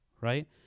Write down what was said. Right